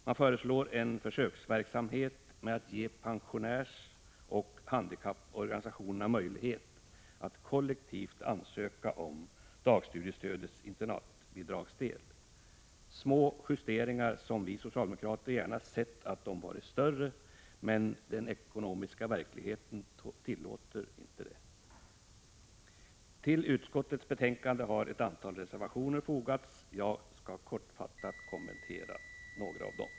Man föreslår också en försöksverksamhet med att ge pensionärsoch handikapporganisationerna möjlighet att kollektivt ansöka om dagstudiestödets internatbidragsdel. Det är fråga om små justeringar — vi socialdemokrater hade gärna sett att de varit större, men den ekonomiska verkligheten tillåter inte det. Till utskottets betänkande har ett antal reservationer fogats. Jag skall kortfattat kommentera några av dem.